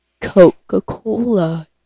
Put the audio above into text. Coca-Cola